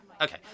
okay